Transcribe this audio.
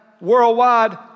worldwide